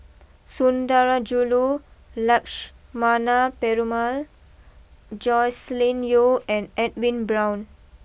Sundarajulu Lakshmana Perumal Joscelin Yeo and Edwin Brown